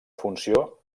funció